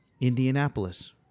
Indianapolis